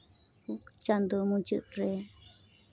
ᱪᱟᱸᱫᱳ ᱢᱩᱪᱟᱹᱫ ᱨᱮ